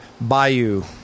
bayou